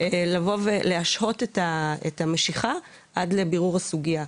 לבוא ולהשהות את המשיכה עד לבירור הסוגייה.